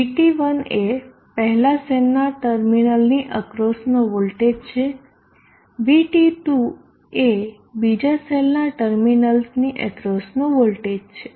VT1 એ પહેલા સેલનાં ટર્મિનલ્સની અક્રોસનો વોલ્ટેજ છે VT2 એ બીજા સેલનાં ટર્મિનલ્સની અક્રોસનો વોલ્ટેજ છે